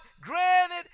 granted